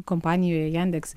kompanijoje jandeks